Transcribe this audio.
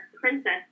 princess